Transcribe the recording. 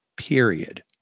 period